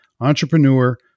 entrepreneur